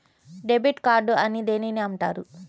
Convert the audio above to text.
Debit card అని దేనిని అంటారు?